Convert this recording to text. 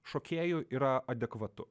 šokėjų yra adekvatu